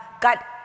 got